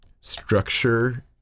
structure